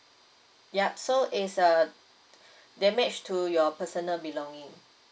yup so is a damage to your personal belongings